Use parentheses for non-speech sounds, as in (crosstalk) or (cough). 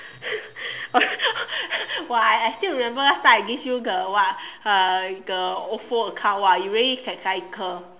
(laughs) oh I I still remember last time I give you the what ah uh the OFO account !wow! you really can cycle